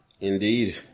Indeed